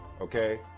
Okay